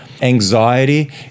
Anxiety